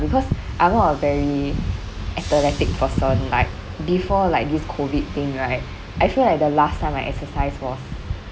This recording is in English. because I'm not a very athletic person like before like this COVID thing right I feel like the last time I exercised was